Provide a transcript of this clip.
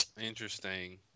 Interesting